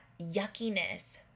yuckiness